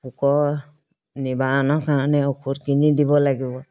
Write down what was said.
পোকৰ নিবানৰ কাৰণে ঔষধ কিনি দিব লাগিব